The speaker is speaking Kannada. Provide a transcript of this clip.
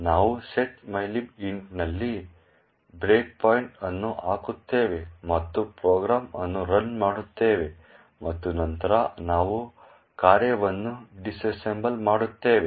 ನಾವು set mylib int ನಲ್ಲಿ ಬ್ರೇಕ್ಪಾಯಿಂಟ್ ಅನ್ನು ಹಾಕುತ್ತೇವೆ ಮತ್ತು ಪ್ರೋಗ್ರಾಂ ಅನ್ನು ರನ್ ಮಾಡುತ್ತೇವೆ ಮತ್ತು ನಂತರ ನಾವು ಕಾರ್ಯವನ್ನು ಡಿಸ್ಅಸೆಂಬಲ್ ಮಾಡುತ್ತೇವೆ